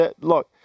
look